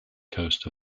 coast